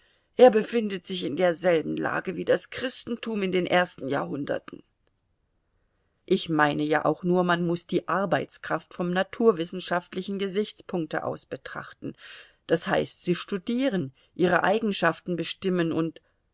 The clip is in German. er befindet sich in derselben lage wie das christentum in den ersten jahrhunderten ich meine ja auch nur man muß die arbeitskraft vom naturwissenschaftlichen gesichtspunkte aus betrachten das heißt sie studieren ihre eigenschaften bestimmen und